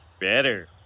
Better